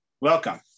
Welcome